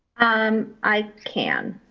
um i can.